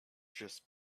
just